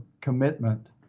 commitment